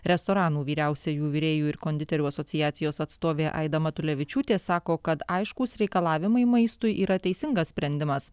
restoranų vyriausiųjų virėjų ir konditerių asociacijos atstovė aida matulevičiūtė sako kad aiškūs reikalavimai maistui yra teisingas sprendimas